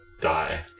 die